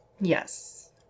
Yes